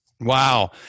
Wow